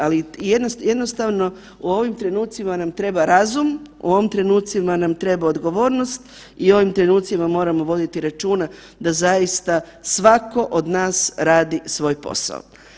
Ali jednostavno u ovim trenucima nam treba razum, u ovim trenutcima nam treba odgovornost i u ovim trenutcima moramo voditi računa da zaista svatko od nas radi svoj posao.